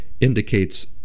indicates